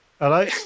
Hello